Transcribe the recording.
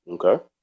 Okay